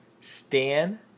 Stan